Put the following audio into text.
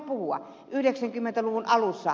saanko minä nyt puhua